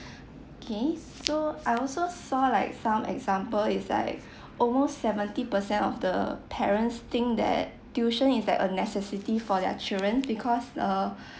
K so I also saw like some example is like almost seventy percent of the parents think that tuition is like a necessity for their children because uh